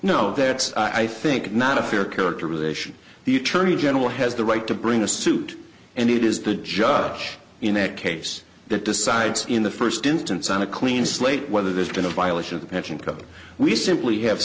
no i think not a fair characterization the attorney general has the right to bring a suit and it is the judge in that case that decides in the first instance on a clean slate whether there's been a violation of the pension because we simply have